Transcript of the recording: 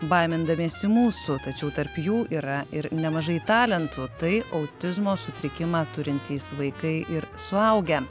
baimindamiesi mūsų tačiau tarp jų yra ir nemažai talentų tai autizmo sutrikimą turintys vaikai ir suaugę